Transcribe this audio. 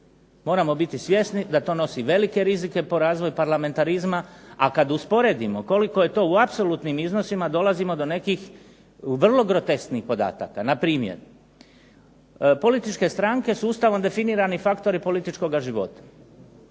Moramo biti svjesni da to nosi velike rizike po razvoj parlamentarizma, a kad usporedimo koliko je to u apsolutnim iznosima dolazimo do nekih vrlo grotesknih podataka. Npr. političke stranke sustavom definirani faktori političkoga života.